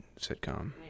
sitcom